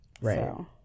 Right